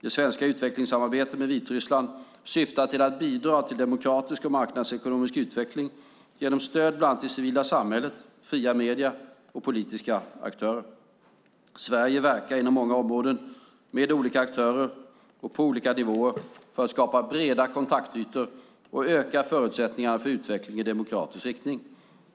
Det svenska utvecklingssamarbetet med Vitryssland syftar till att bidra till demokratisk och marknadsekonomisk utveckling genom stöd till bland annat det civila samhället, fria medier och politiska aktörer. Sverige verkar inom många områden, med olika aktörer och på olika nivåer för att skapa breda kontaktytor och öka förutsättningarna för utveckling i demokratisk riktning.